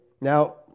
Now